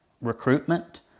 recruitment